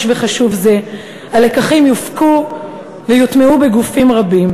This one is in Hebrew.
וחשוב זה יופקו הלקחים ויוטמעו בגופים רבים.